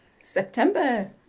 September